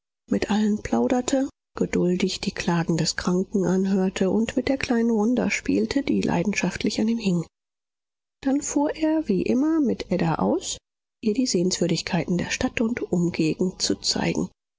mit allen plauderte geduldig die klagen des kranken anhörte und mit der kleinen wanda spielte die leidenschaftlich an ihm hing dann fuhr er wie immer mit ada aus ihr die sehenswürdigkeiten der stadt und umgegend zu zeigen